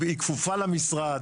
היא כפופה למשרד,